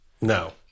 No